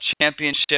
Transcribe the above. championship